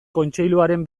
kontseiluaren